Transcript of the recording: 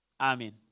Amen